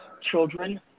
children